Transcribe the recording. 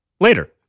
later